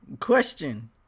Question